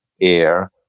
air